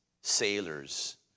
sailors